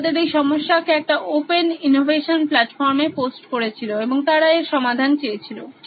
তারা তাদের এই সমস্যাকে একটা ওপেন ইনোভেশন প্লাটফর্মে পোস্ট করেছিল এবং তারা এর সমাধান চেয়েছিল